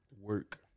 Work